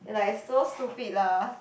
like so stupid lah